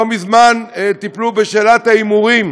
לא מזמן טיפלו בשאלת ההימורים,